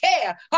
care